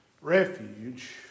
refuge